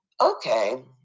okay